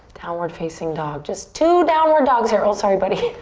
downward facing dog. just two downward dogs here. oh, sorry, buddy.